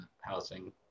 housing